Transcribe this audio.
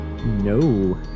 No